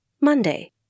Monday